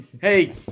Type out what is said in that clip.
Hey